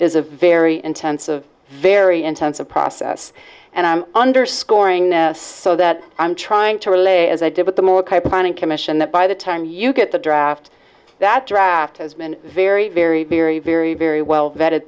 is a very intensive very intensive process and i'm underscoring now so that i'm trying to relay as i did with the more planning commission that by the time you get the draft that draft has been very very very very very well vet